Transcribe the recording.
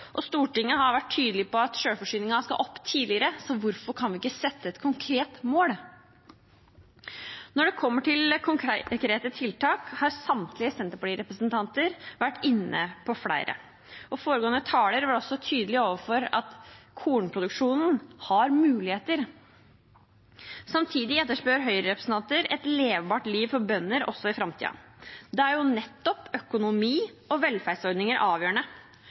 avklart. Stortinget har tidligere vært tydelig på at selvforsyningen skal opp, så hvorfor kan vi ikke sette et konkret mål? Når det kommer til konkrete tiltak, har samtlige Senterparti-representanter vært inne på flere. Foregående taler var også tydelig på at kornproduksjonen har muligheter. Samtidig etterspør Høyre-representanter et levbart liv for bønder også i framtiden. Da er nettopp økonomi og velferdsordninger avgjørende.